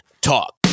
Talk